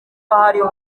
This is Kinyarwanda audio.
harimo